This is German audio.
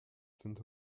sind